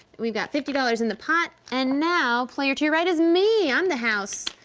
we've got fifty dollars in the pot, and now, player to your right is me, i'm the house,